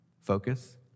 focus